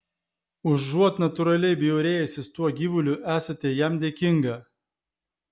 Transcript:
užuot natūraliai bjaurėjusis tuo gyvuliu esate jam dėkinga